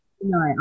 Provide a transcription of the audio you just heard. No